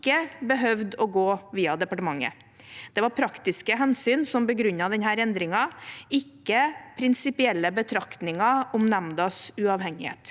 Det var praktiske hensyn som begrunnet denne endringen, ikke prinsipielle betraktninger om nemndas uavhengighet